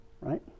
Right